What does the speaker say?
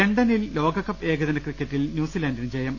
ലണ്ടനിൽ ലോകകപ്പ് ഏകദിന ക്രിക്കറ്റിൽ ന്യൂസിലന്റിന് വിജയം